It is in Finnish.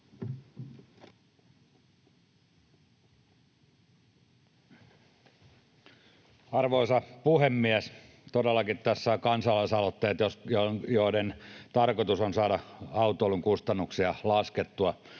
Arvoisa puhemies! Todellakin tässä ovat kansalaisaloitteet, joiden tarkoitus on saada laskettua